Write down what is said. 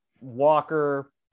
Walker